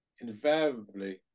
invariably